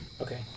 Okay